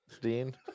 Dean